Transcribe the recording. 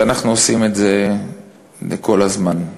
ואנחנו עושים את זה כל הזמן.